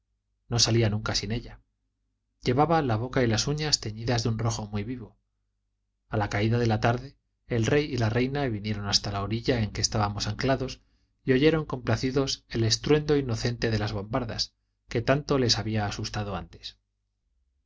no salía nunca sin ella llevaba la boca y las uñas teñidas de un rojo muy vivo a la caída de la tarde el rey y la reina vinieron hasta la orilla en que estamos anclados y oyeron complacidos el estruendo inocente de las bombardas que tanto les había asustado antes